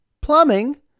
Plumbing